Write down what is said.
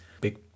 big